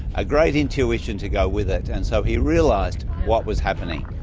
a great intuition to go with it, and so he realised what was happening.